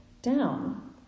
down